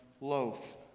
loaf